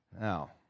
Now